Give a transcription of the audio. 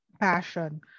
passion